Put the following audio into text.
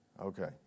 Okay